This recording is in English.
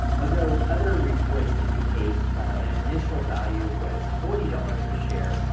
although other reports indication and initial value was forty dollars a share,